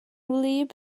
wlyb